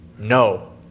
no